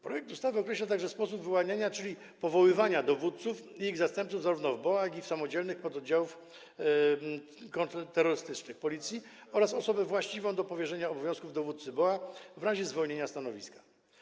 Projekt ustawy określa także sposób wyłaniania, czyli powoływania dowódców i ich zastępców, zarówno w BOA, jak i w samodzielnych pododdziałach kontrterrorystycznych Policji, oraz osobę właściwą do powierzenia obowiązków dowódcy BOA w razie zwolnienia stanowiska.